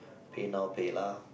PayNow PayLah